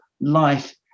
life